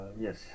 Yes